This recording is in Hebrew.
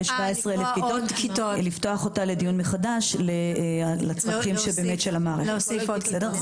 ל-17,000 כיתות לדיון מחדש לפי צרכי המערכת.